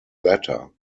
latter